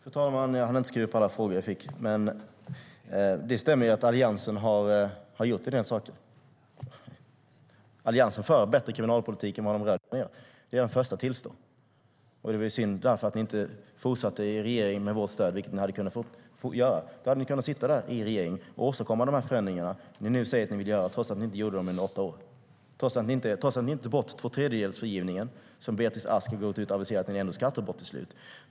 Fru talman! Jag hann inte skriva upp alla frågor jag fick, men det stämmer att Alliansen har gjort en del saker. Alliansen för en bättre kriminalpolitik än vad de rödgröna gör. Det är jag den första att tillstå. Därför var det synd att ni inte fortsatte att regera med vårt stöd, vilket ni hade kunnat göra. Då hade ni kunnat åstadkomma de förändringar ni säger att ni vill göra, trots att ni inte gjorde dem under åtta år. Ni tog inte bort tvåtredjedelsfrigivningen, som Beatrice Ask aviserade att ni ändå skulle ta bort till slut.